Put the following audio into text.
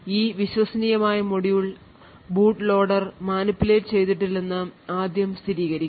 ഈ വിശ്വസനീയമായ module boot loader manipulate ചെയ്തിട്ടില്ലെന്ന് ആദ്യം സ്ഥിരീകരിക്കും